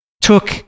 took